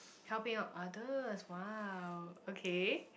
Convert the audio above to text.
helping out others !wow! okay